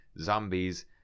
zombies